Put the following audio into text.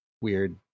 weird